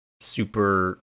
super